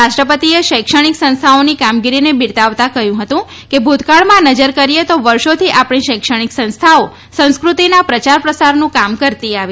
રાષ્ટ્રપતિએ શૈક્ષણિક સંસ્થાઓ કામગીરીને બીરદાવતા કહ્યું હતું કે ભુતકાળમાં નજર કરીએ તો વર્ષોથી આપણી શૈક્ષણિક સંસ્થાઓ સંસ્કૃતિના પ્રચાર પ્રસારનું કામ કરતી આવી છે